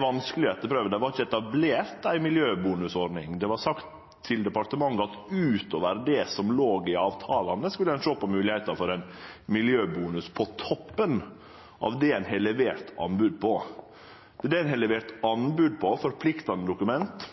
vanskeleg å etterprøve. Det var ikkje etablert ei miljøbonusordning. Det var sagt til departementet at utover det som låg i avtalane, skulle ein sjå på moglegheiter for ein miljøbonus på toppen av det ein har levert anbod på. Men det ein har levert anbod på, er forpliktande dokument